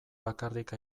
bakarrik